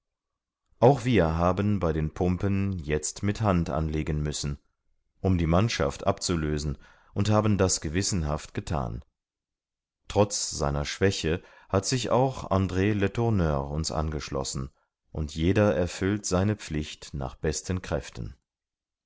auch wir haben bei den pumpen jetzt mit hand anlegen müssen um die mannschaft abzulösen und haben das gewissenhaft gethan trotz seiner schwäche hat sich auch andr letourneur uns angeschlossen und jeder erfüllt seine pflicht nach besten kräften